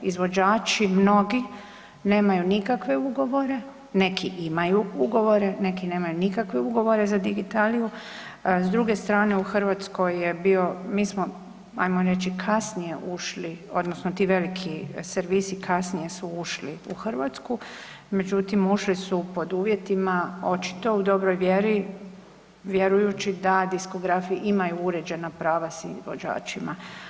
Izvođači mnogi nemaju nikakve ugovore, neki imaju ugovore, neki nemaju nikakve ugovore za digitaliju, s druge strane u Hrvatskoj je bio, mi smo ajmo reći, kasnije ušli odnosno ti veliki servisi kasnije su ušli u Hrvatsku međutim ušli su pod uvjetima očito u dobroj vjeri vjerujući da diskografi imaju uređena prava svim izvođačima.